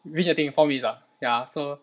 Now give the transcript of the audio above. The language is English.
which have to inform him ya so